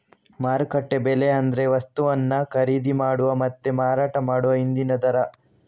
ಮಾರುಕಟ್ಟೆ ಬೆಲೆ ಅಂದ್ರೆ ವಸ್ತುವನ್ನ ಖರೀದಿ ಮಾಡುವ ಮತ್ತೆ ಮಾರಾಟ ಮಾಡುವ ಇಂದಿನ ದರ